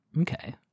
Okay